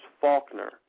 Faulkner